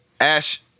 Ash